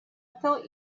thought